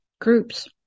groups